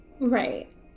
Right